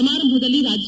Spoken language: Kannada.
ಸಮಾರಂಭದಲ್ಲಿ ರಾಜ್ಯ